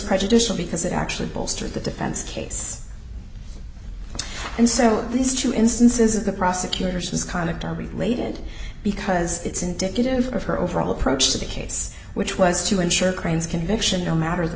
prejudicial because it actually bolstered the defense case and so these two instances of the prosecutor says conduct are related because it's indicative of her overall approach to the case which was to ensure crane's conviction no matter the